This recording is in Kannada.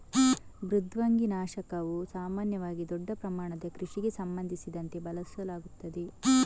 ಮೃದ್ವಂಗಿ ನಾಶಕವು ಸಾಮಾನ್ಯವಾಗಿ ದೊಡ್ಡ ಪ್ರಮಾಣದ ಕೃಷಿಗೆ ಸಂಬಂಧಿಸಿದಂತೆ ಬಳಸಲಾಗುತ್ತದೆ